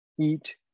eat